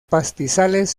pastizales